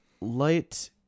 light